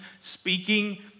speaking